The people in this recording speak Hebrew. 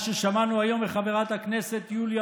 מה ששמענו היום מחברת הכנסת יוליה